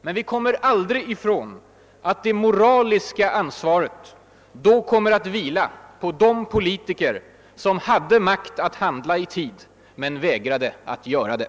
Men vi kommer aldrig ifrån att det moraliska ansvaret då kommer att vila på de politiker som hade makt att handla i tid men vägrade att göra det.